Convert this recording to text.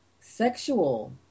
sexual